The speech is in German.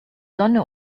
sonne